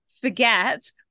forget